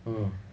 mm